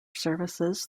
services